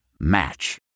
Match